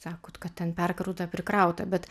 kaip sakot kad ten perkrauta prikrauta bet